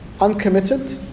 uncommitted